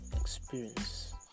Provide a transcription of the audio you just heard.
experience